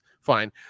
Fine